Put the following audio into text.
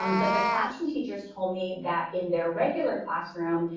um but the classroom teachers told me that in their regular classroom,